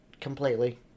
completely